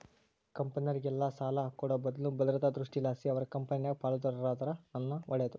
ಕಂಪೆನೇರ್ಗೆ ಸಾಲ ಕೊಡೋ ಬದ್ಲು ಭದ್ರತಾ ದೃಷ್ಟಿಲಾಸಿ ಅವರ ಕಂಪೆನಾಗ ಪಾಲುದಾರರಾದರ ಇನ್ನ ಒಳ್ಳೇದು